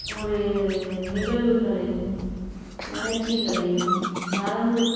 ஒரு நிகழ்வுகளையும் உணர்ச்சிகளையும் நரம்பு